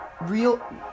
Real